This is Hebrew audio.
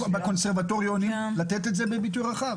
בקונסרבטוריונים לתת את זה בביטוי רחב.